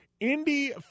Indy